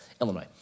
Illinois